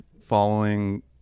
following